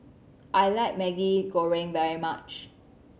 I like Maggi Goreng very much